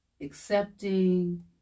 accepting